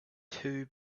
two